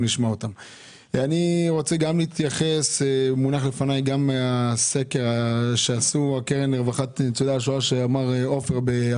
אני רוצה להתייחס גם לסקר שעשתה הקרן לרווחת ניצולי השואה מאפריל